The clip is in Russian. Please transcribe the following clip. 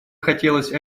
хотелось